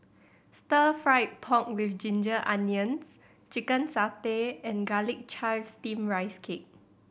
Stir Fried Pork With Ginger Onions Chicken satay and Garlic Chives Steamed Rice Cake